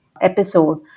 episode